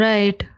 Right